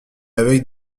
avec